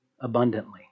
abundantly